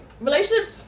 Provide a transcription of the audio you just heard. relationships